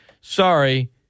sorry